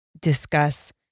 discuss